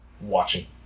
watching